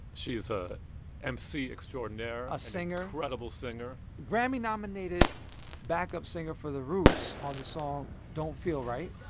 she is a mc extraordinaire. a singer. incredible singer grammy-nominated backup singer for the roots on the song don't feel right.